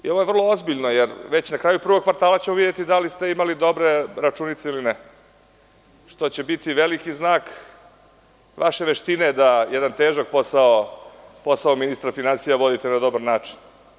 Ovo je vrlo ozbiljno, jer ćemo već na kraju prvog kvartala videti da li ste imali dobre računice ili ne, što će biti veliki znak vaše veštine da jedan težak posao, posao ministra finansija, vodite na dobar način.